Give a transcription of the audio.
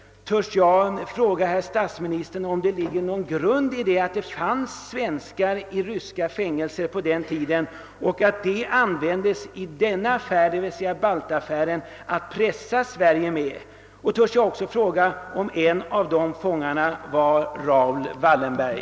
Vågar jag fråga herr statsministern om det finns någon grund för talet om att det fanns svenskar i ryska fängelser på den tiden och att de användes i baltaffären att pressa Sverige med? Vågar jag också fråga om en av de fångarna var Raoul Wallenberg?